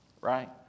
right